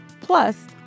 Plus